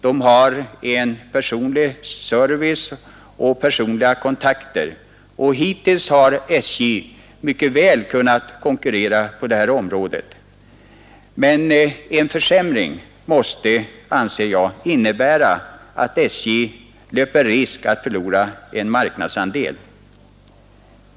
De har en personlig service och personliga kontakter och hittills har SJ mycket väl kunnat konkurrera på det här området, men en försämring måste, enligt min mening, medföra att SJ löper risk att förlora en marknadsandel.